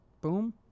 boom